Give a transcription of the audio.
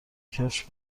کفش